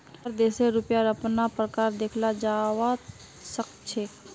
हर देशेर रुपयार अपना प्रकार देखाल जवा सक छे